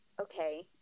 okay